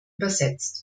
übersetzt